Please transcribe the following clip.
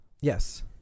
Yes